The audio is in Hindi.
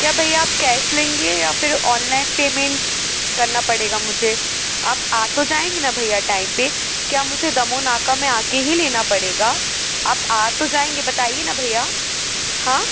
क्या भैया आप कैश लेंगे या फिर ऑनलाइन पेमेंट करना पड़ेगा मुझे आप आ तो जाएंगे ना भैया टाइम पर क्या मुझे दमोनाका में आ कर ही लेना पड़ेगा आप आ तो जाएंगे बताइए ना भैया हाँ